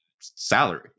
salary